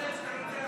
אתה צודק כשאתה,